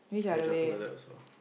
then shuffle like that also